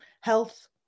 health